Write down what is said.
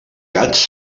gats